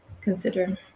consider